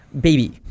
baby